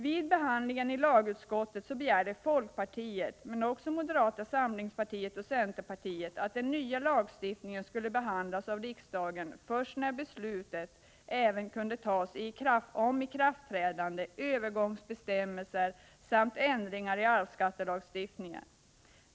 Vid behandlingen i lagutskottet begärde folkpartiet, men också moderata samlingspartiet och centerpartiet, att den nya lagstiftningen skulle behandlas av riksdagen först när beslut även kunde fattas om ikraftträdande, övergångsbestämmelser samt ändringar i arvsskattelagstiftningen.